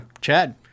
Chad